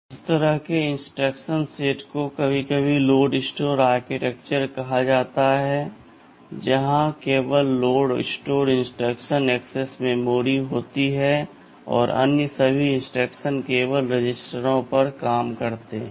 इस तरह के इंस्ट्रक्शन सेट को कभी कभी लोड स्टोर आर्किटेक्चर कहा जाता है जहां केवल लोड और स्टोर इंस्ट्रक्शन एक्सेस मेमोरी होती है और अन्य सभी इंस्ट्रक्शन केवल रजिस्टरों पर काम करते हैं